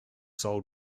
sold